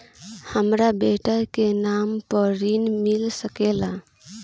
हमरा बेटा के नाम पर ऋण मिल सकेला?